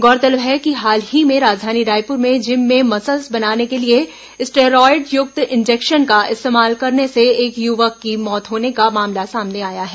गौरतलब है कि हाल ही में राजधानी रायपुर में जिम में मसल्स बनाने के लिए स्टेरॉयड युक्त इंजेक्शन का इस्तेमाल करने से एक युवक की मौत होने का मामला सामने आया है